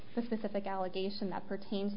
specific allegation that pertains